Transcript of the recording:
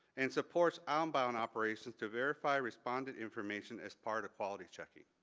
and supports outbound operations to verify respondent information as part of quality checking.